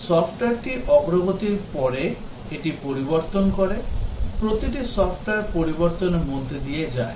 সফ্টওয়্যারটি অগ্রগতির পরে এটি পরিবর্তন করে প্রতিটি সফ্টওয়্যার পরিবর্তনের মধ্য দিয়ে যায়